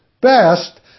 best